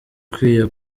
ukwiye